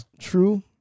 true